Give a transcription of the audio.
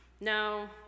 No